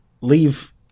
leave